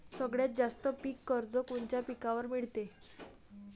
सगळ्यात जास्त पीक कर्ज कोनच्या पिकावर मिळते?